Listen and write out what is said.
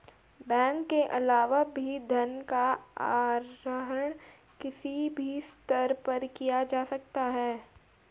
bank के अलावा भी धन का आहरण किसी भी स्तर पर किया जा सकता है